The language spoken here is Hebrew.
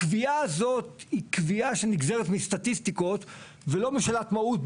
הקביעה הזאת היא קביעה שנגזרת מסטטיסטיקות ולא משאלת מהות,